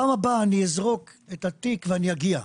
בפעם הבאה אני אזרוק את התיק ואגיע".